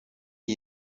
iyi